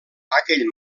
aquell